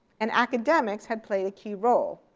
and academics had played a key role,